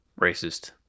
racist